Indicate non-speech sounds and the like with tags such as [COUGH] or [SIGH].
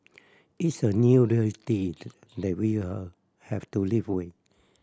it's a new reality [NOISE] that we'll have to live with